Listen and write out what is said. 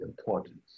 importance